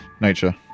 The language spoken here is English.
nature